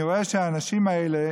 אני רואה שהאנשים האלה